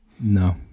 No